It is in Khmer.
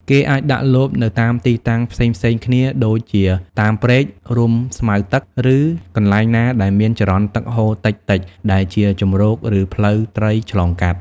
គេអាចដាក់លបនៅតាមទីតាំងផ្សេងៗគ្នាដូចជាតាមព្រែក រួមស្មៅទឹក ឬកន្លែងណាដែលមានចរន្តទឹកហូរតិចៗដែលជាទីជម្រកឬផ្លូវត្រីឆ្លងកាត់។